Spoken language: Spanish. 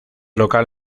local